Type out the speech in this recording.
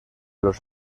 los